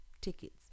tickets